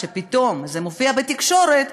כשפתאום זה מופיע בתקשורת,